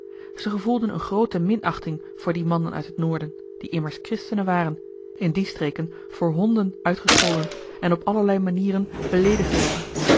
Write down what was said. ze gevoelden een groote minachting voor die mannen uit het noorden die immers christenen waren in die streken voor honden uitgescholden en op allerlei manieren beleedigd werden